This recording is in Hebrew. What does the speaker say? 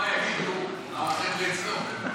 כי מה יגידו החבר'ה אצלו.